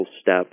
step